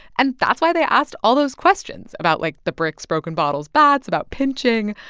and that's why they asked all those questions about, like, the bricks, broken bottles, bats, about pinching.